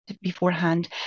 beforehand